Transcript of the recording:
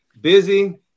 busy